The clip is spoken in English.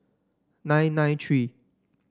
nine nine three